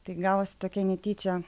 tai gavosi tokia netyčia